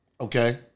Okay